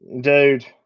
dude